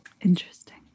interesting